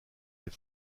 des